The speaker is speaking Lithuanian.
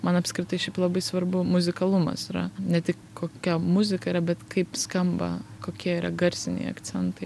man apskritai šiaip labai svarbu muzikalumas yra ne tik kokia muzika yra bet kaip skamba kokie yra garsiniai akcentai